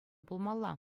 пулмалла